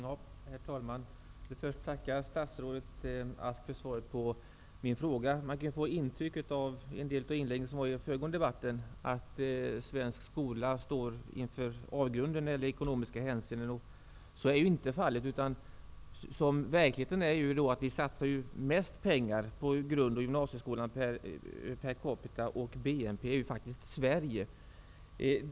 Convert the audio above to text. err talman! Jag vill först tacka statsrådet Ask för svaret på min fråga. Man kan av inlägg som gjordes i den föregående debatten få intrycket att svensk skola står inför avgrunden i ekonomiskt hänseende. Så är inte fallet, utan verkligheten är att Sverige är det land i Europa som satsar mest på skolan per capita och i förhållande BNP.